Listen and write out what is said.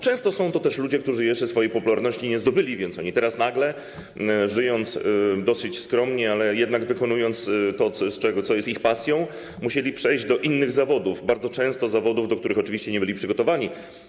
Często są to też ludzie, którzy jeszcze swojej popularności nie zdobyli, więc teraz nagle żyjąc dosyć skromnie, ale jednak wykonując to, co jest ich pasją, musieli przejść do innych zawodów, bardzo często zawodów, do których nie byli przygotowani.